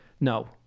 no